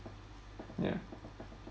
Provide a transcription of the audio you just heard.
ya